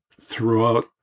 throughout